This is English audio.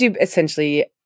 essentially